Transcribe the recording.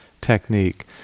technique